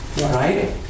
right